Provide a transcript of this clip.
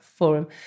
Forum